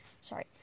sorry